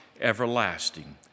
everlasting